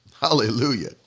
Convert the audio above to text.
Hallelujah